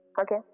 Okay